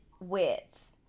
width